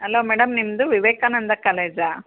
ಆಲೋ madam ನಿಮ್ಮದು ವಿವೇಕಾನಂದ ಕಾಲೇಜಾ